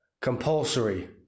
Compulsory